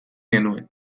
genuen